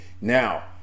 Now